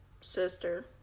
sister